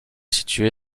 situé